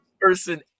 person